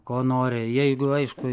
ko nori jeigu aišku